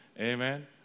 Amen